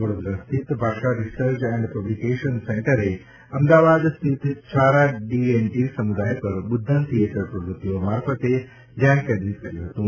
વડોદરા સ્થિત Bhasha research and publication સેન્ટરે અમદાવાદ સ્થિત છારા ડીએનટી સમુદાય પર બુધન થિયેટર પ્રવ્રતિઓ મારફતે ધ્યાન કેન્દ્રિત કર્યું હતું